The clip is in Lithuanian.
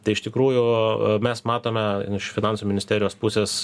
tai iš tikrųjų mes matome iš finansų ministerijos pusės